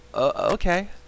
Okay